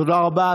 תודה רבה.